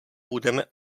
budeme